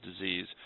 disease